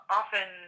often